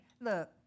look